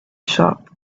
shop